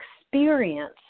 experience